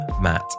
Matt